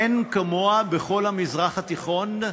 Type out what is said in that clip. אין כמוה בכל המזרח התיכון,